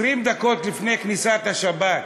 20 דקות לפני כניסת השבת,